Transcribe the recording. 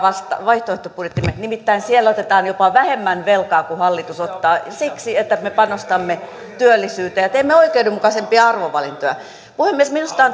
vaihtoehtobudjettimme nimittäin siellä otetaan jopa vähemmän velkaa kuin hallitus ottaa siksi että että me panostamme työllisyyteen ja teemme oikeudenmukaisempia arvovalintoja puhemies minusta